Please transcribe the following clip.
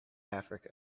africa